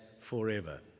forever